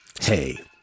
Hey